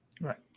Right